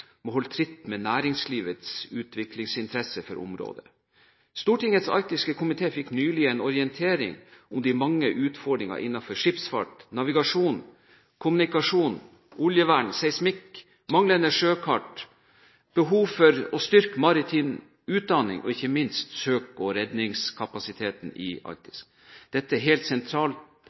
tritt med næringslivets utviklingsinteresse for området. Stortingets arktiske komité fikk nylig en orientering om de mange utfordringer innenfor skipsfart, navigasjon, kommunikasjon, oljevern, seismikk, manglende sjøkart, behov for å styrke maritim utdanning og ikke minst søk- og redningskapasiteten i Arktis. Dette er helt